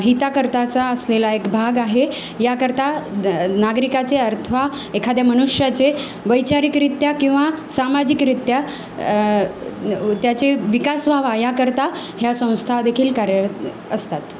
हिताकरताचा असलेला एक भाग आहे याकरता द नागरिकाचे अथवा एखाद्या मनुष्याचे वैचारिकरित्त्या किंवा सामाजिकरित्त्या न त्याचे विकास व्हावा याकरता ह्या संस्था देखील कार्यरत असतात